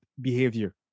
behavior